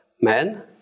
Men